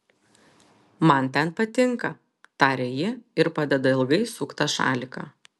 man ten patinka taria ji ir padeda ilgai suktą šaliką